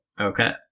Okay